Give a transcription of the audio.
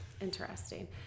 interesting